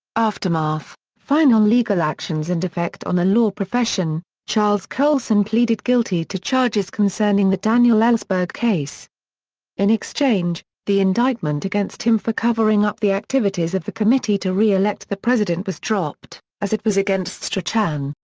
aftermath final legal actions and effect on the law profession charles colson pleaded guilty to charges concerning the daniel ellsberg case in exchange, the indictment against him for covering up the activities of the committee to re-elect the president was dropped, as it was against strachan.